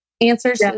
answers